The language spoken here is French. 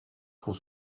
pour